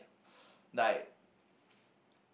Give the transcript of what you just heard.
like